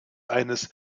eines